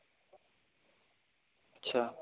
اچھا